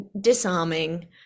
disarming